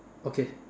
okay